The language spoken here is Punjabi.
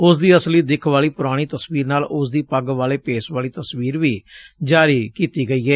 ਉਸ ਦੀ ਅਸਲੀ ਦਿੱਖ ਵਾਲੀ ਪੁਰਾਣੀ ਤਸਵੀਰ ਨਾਲ ਉਸ ਦੀ ਪੱਗ ਵਾਲੇ ਭੇਸ ਵਾਲੀ ਤਸਵੀਰ ਵੀ ਜਾਰੀ ਕੀਤੀ ਗਈ ਏ